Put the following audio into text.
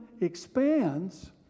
expands